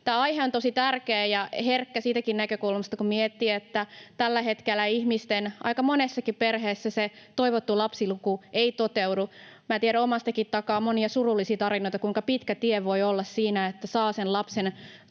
tämä aihe on tosi tärkeä ja herkkä, kun miettii siitäkin näkökulmasta, että tällä hetkellä aika monessakin perheessä se toivottu lapsiluku ei toteudu. Tiedän omastakin takaa monia surullisia tarinoita, kuinka pitkä tie voi olla siinä, että saa sen